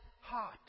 heart